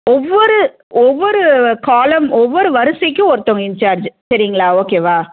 ஒவ்வொரு ஒவ்வொரு காலம் ஒவ்வொரு வரிசைக்கும் ஒருத்தவங்க இன்சார்ஜ் சரிங்களா ஓகேவா